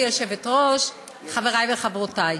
גברתי היושבת-ראש, חברי וחברותי,